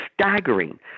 staggering